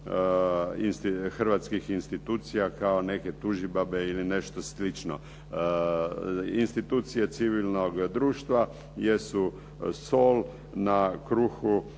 hrvatskih institucija kao neke tužibabe ili nešto slično. Institucije civilnog društva jesu sol na kruhu